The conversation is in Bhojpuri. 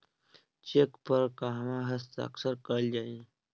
चेक पर कहवा हस्ताक्षर कैल जाइ?